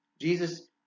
Jesus